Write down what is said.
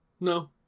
No